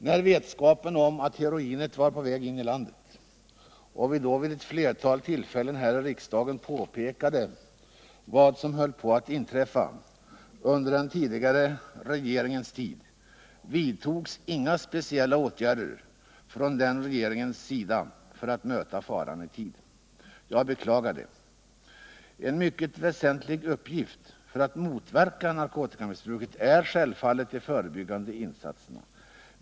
När det blev känt att heroinet var på väg in i landet och vi vid flera tillfällen här i riksdagen pekade på vad som höll på att inträffa, vidtogs inga speciella åtgärder av den tidigare regeringen för att möta faran i tid. Jag beklagar det. En mycket väsentlig uppgift för att motverka narkotikamissbruket är självfallet de förebyggande insatserna.